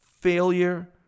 failure